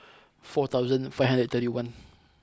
four thousand five hundred thirty one